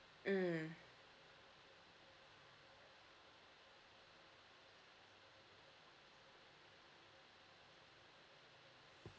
mm